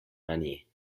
money